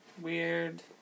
weird